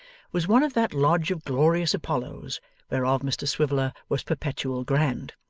was one of that lodge of glorious apollos whereof mr swiveller was perpetual grand.